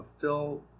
fill